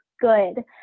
good